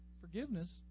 forgiveness